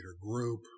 group